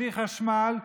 בלי חשמל,